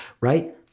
right